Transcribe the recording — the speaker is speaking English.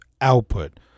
output